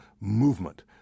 movement